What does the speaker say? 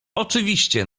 oczywiście